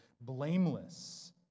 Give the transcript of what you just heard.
blameless